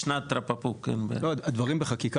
הדברים בחקיקה,